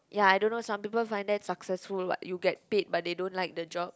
ya I don't know some people find that successful like you get paid but they don't like the job